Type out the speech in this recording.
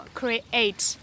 create